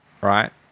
Right